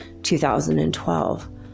2012